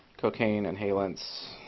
cocaine, inhalants,